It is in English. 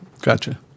Gotcha